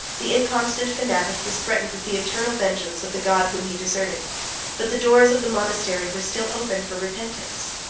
the inconstant fanatic was threatened with the eternal vengeance of the god whom he deserted but the doors of the monastery were still open for repentance.